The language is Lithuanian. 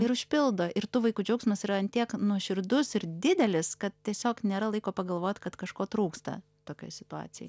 ir užpildo ir tų vaikų džiaugsmas yra ant tiek nuoširdus ir didelis kad tiesiog nėra laiko pagalvot kad kažko trūksta tokioj situacijoj